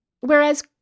Whereas